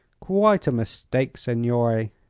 quite a mistake, signore.